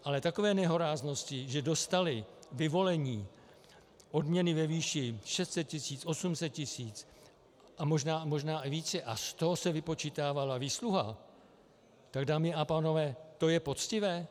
Ale takové nehoráznosti, že dostali vyvolení odměny ve výši 600 tisíc, 800 tisíc a možná i více a z toho se vypočítávala výsluha, tak dámy a pánové, to je poctivé?